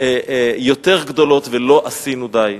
יותר גדולות ולא עשינו די.